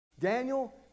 Daniel